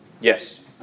Yes